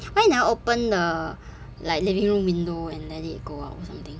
why you never open the like living room window and let it go out or something